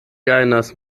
gajnas